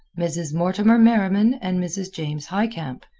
mrs. mortimer merriman and mrs. james highcamp,